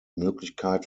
möglichkeit